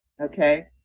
Okay